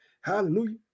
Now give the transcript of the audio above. hallelujah